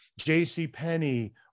JCPenney